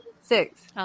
Six